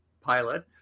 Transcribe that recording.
pilot